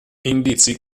indizi